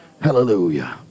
hallelujah